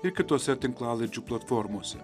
ir kitose tinklalaidžių platformose